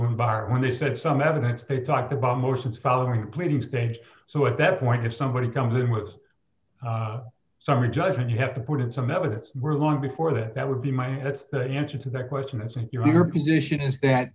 or bar when they said some evidence they talked about motions following pleadings staged so at that point if somebody comes in with summary judgment you have to put in some met with were long before that that would be my that's the answer to that question is it your position is that